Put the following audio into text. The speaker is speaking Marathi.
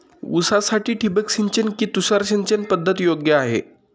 ऊसासाठी ठिबक सिंचन कि तुषार सिंचन पद्धत योग्य आहे?